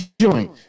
joint